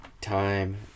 time